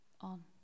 on